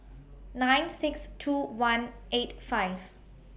nine six two one eight five